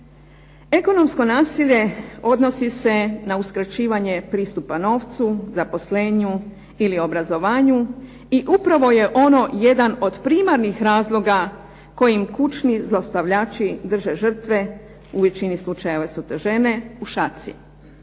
Ekonomsko nasilje odnosi se na uskraćivanje pristupa novcu, zaposlenju ili obrazovanju i upravo je ono jedan od primarnih razloga kojim kućni zlostavljači drže žrtve, u većini slučajeva to su žene, u šaci.